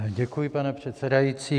Děkuji, pane předsedající.